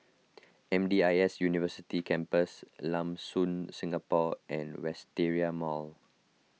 M D I S University Campus Lam Soon Singapore and Wisteria Mall